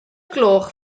gloch